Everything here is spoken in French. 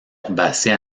herbacées